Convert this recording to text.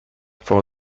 for